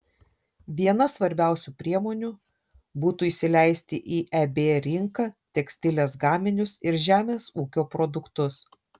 viena svarbiausių priemonių būtų įsileisti į eb rinką tekstilės gaminius ir žemės ūkio produktus